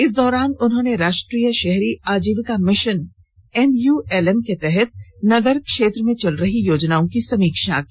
इस दौरान उन्होंने राष्ट्रीय शहरी आजीविका मिशन एनयूएलएम के तहत निगम क्षेत्र में चल रही योजनाओं की समीक्षा की